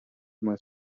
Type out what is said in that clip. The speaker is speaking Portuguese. mais